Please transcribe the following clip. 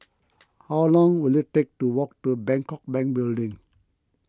how long will it take to walk to Bangkok Bank Building